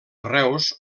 reus